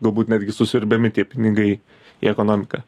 galbūt netgi susiurbiami tie pinigai į ekonomiką